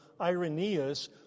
Irenaeus